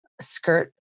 skirt